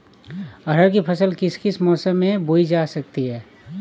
अरहर की फसल किस किस मौसम में बोई जा सकती है?